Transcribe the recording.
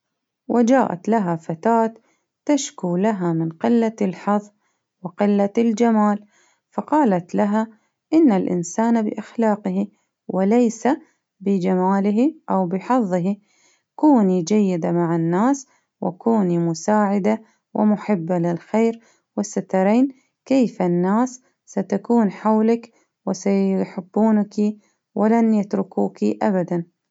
وجاءت لها فتاة تشكو لها من قلة الحظ وقلة الجمال، فقالت لها إن الإنسان بأخلاقه، وليس بجماله أو بحظه، كوني جيدة مع الناس وكوني مساعدة ومحبة للخير، وسترين كيف الناس ستكون حولك وسيحبونك ولن يتركوك أبدا.